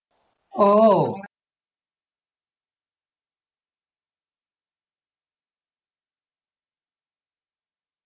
oh